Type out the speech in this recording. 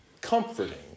comforting